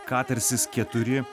katarsis keturi